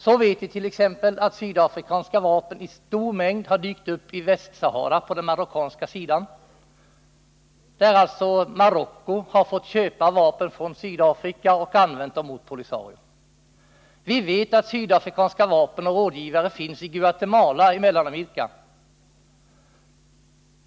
Vi vet t.ex. att sydafrikanska vapen i stor mängd har dykt upp i Västra Sahara, där Marocko har fått köpa vapen från Sydafrika och har använt dem mot Polisario. Vi vet att sydafrikanska vapen och rådgivare finns i Guatemala i Mellanamerika.